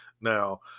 Now